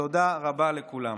תודה רבה לכולם.